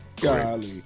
Golly